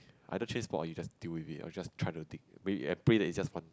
either change spot or you just deal with it or just try to dig and pray that it's just one